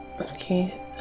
Okay